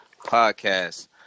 podcast